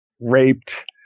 Raped